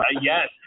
Yes